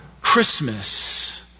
Christmas